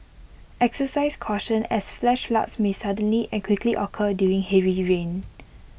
exercise caution as flash floods may suddenly and quickly occur during heavy rain